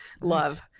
love